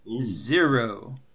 zero